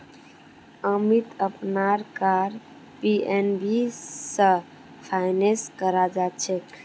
अमीत अपनार car PNB स finance करालछेक